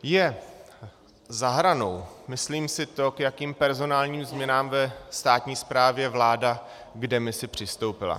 Je za hranou, myslím si, k jakým personálním změnám ve státní správě vláda v demisi přistoupila.